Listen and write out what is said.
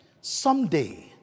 Someday